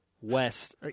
west